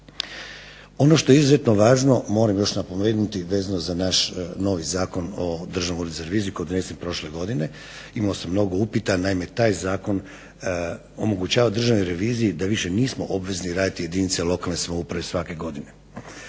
Ono što je izuzetno važno moram još napomenuti vezano za naš novi Zakon o Državnom uredu za reviziju koji je donesen prošle godine, imao sam mnogo upita. Taj zakon omogućava Državnoj reviziji da više nismo obvezni raditi jedinice lokalne samouprave svake godine.